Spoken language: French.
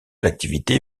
l’activité